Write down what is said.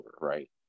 right